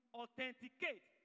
authenticate